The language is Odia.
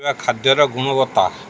ଖାଦ୍ୟର ଗୁଣବତ୍ତା